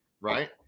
right